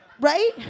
Right